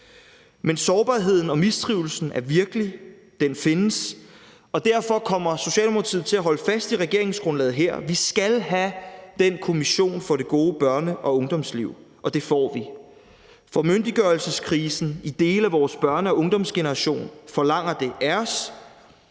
Men sårbarheden og mistrivslen er virkelig, den findes, og derfor kommer Socialdemokratiet til at holde fast i regeringsgrundlaget her. Vi skal have den kommission for det gode børne- og ungdomsliv, og det får vi. For myndiggørelseskrisen i dele af vores børne- og ungdomsgeneration forlanger det af os.